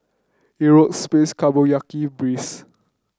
Euro space Breeze